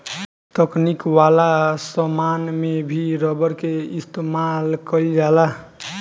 तकनीक वाला समान में भी रबर के इस्तमाल कईल जाता